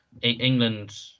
England